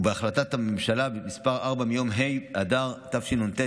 ובהחלטת הממשלה מס' 4 מיום ה' באדר התשנ"ט,